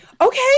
okay